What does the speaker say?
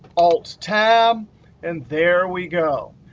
alt-tab, and there we go.